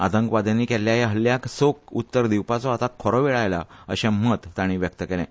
आतंकवाद्यांनी केल्ल्या ह्या हल्ल्या चोख उत्तर दिवपाचो आतां खरो वेळ आयला अशें मत तांणी उकतायलें